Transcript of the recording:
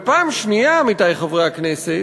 אבל פעם שנייה, עמיתי חברי הכנסת,